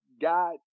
God